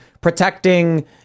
protecting